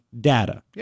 data